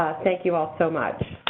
thank you all so much.